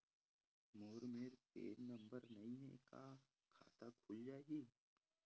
मोर मेर PAN number नई हे का खाता खुल जाही?